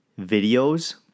videos